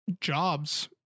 Jobs